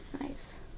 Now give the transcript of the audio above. Nice